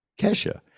kesha